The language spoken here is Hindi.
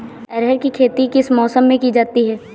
अरहर की खेती किस मौसम में की जाती है?